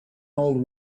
old